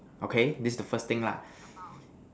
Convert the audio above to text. okay this is the first thing lah